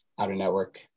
out-of-network